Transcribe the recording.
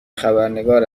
خبرنگار